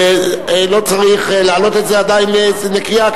ולא צריך להעלות את זה עדיין לקריאה,